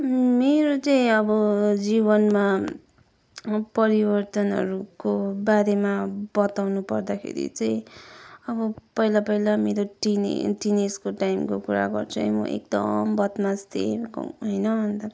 मेरो चाहिँ अब जीवनमा परिवर्तनहरूको बारेमा बताउनु पर्दाखेरि चाहिँ अब पहिला पहिला मेरो टिन एज टिन एजको टाइमको कुरा गर्छु है म एकदम बदमास थिएँ होइन अन्त